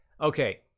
okay